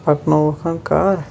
پَکنو وُکھ کار